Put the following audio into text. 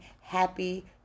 happy